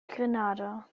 grenada